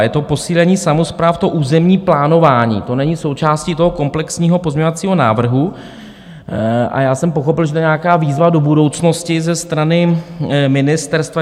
Je to posílení samospráv, územní plánování, to není součástí komplexního pozměňovacího návrhu, a já jsem pochopil, že to je nějaká výzva do budoucnosti ze strany ministerstva.